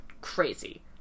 crazy